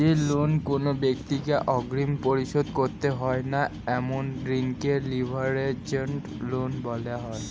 যে লোন কোনো ব্যাক্তিকে অগ্রিম পরিশোধ করতে হয় না এমন ঋণকে লিভারেজড লোন বলা হয়